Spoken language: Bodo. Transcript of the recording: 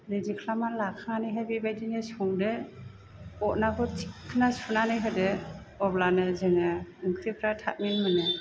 रिडि खालामनानै लाखानानैहाय बेबायदिनो संदो अदनाखौ थिख्खोना सुनानै होदो अब्लानो जोङो ओंख्रिफ्रा थाबैनो मोनो